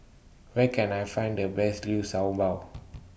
Where Can I Find The Best Liu Shao Bao